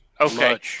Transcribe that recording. Okay